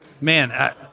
man